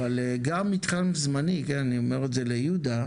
אז גם מתחם זמני, אני אומר את זה ליהודה,